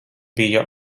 bija